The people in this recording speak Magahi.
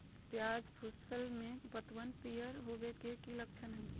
प्याज फसल में पतबन पियर होवे के की लक्षण हय?